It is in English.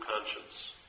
conscience